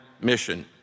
mission